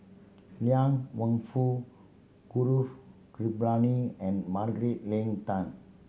Liang Wenfu Gaurav Kripalani and Margaret Leng Tan